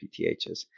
PTHs